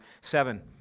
Seven